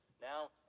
Now